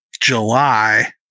July